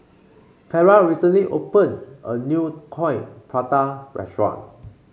Carra recently opened a new Coin Prata restaurant